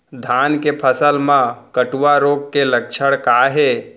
धान के फसल मा कटुआ रोग के लक्षण का हे?